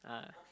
ah